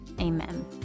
amen